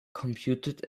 computed